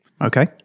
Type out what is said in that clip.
Okay